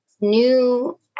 new